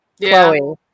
Chloe